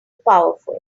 powerful